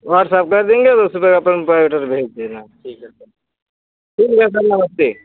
WhatsApp कर देंगे तो उसपे अपन बायोडाटा भेज दे रहे हैं हम ठीक है सर ठीक है सर नमस्ते